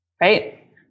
Right